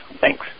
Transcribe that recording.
Thanks